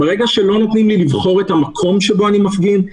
ברגע שלא נותנים לי לבחור את המקום שבו אני מפגין,